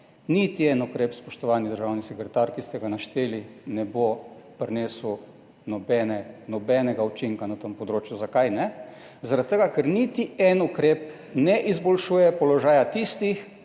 Niti en ukrep, spoštovani državni sekretar, ki ste ga našteli, ne bo prinesel nobenega učinka na tem področju. Zakaj ne? Zaradi tega, ker niti en ukrep ne izboljšuje položaja tistih,